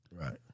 right